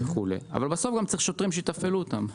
בסוף צריך שוטרים שיתפעלו אותם,